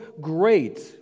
great